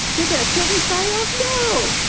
they're going to kill this guy off? no!